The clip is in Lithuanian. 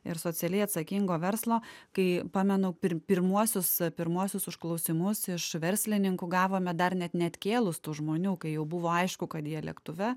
ir socialiai atsakingo verslo kai pamenu pir pirmuosius pirmuosius užklausimus iš verslininkų gavome dar net neatsikėlus tų žmonių kai jau buvo aišku kad jie lėktuve